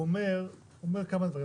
הוא אומר כמה דברים,